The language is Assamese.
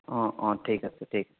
অ' অ' ঠিক আছে ঠিক